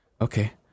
Okay